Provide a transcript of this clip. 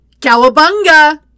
Cowabunga